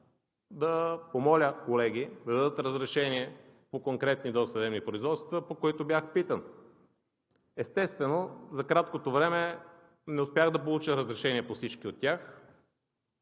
да помоля колеги да дадат разрешение по конкретни досъдебни производства, по които бях питан. Естествено, за краткото време не успях да получа разрешение по всички от тях,